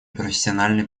профессиональной